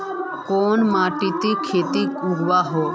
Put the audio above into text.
कोन माटित खेती उगोहो?